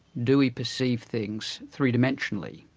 do we perceive things three dimensionally,